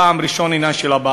טעם ראשון, עניין הבעלות.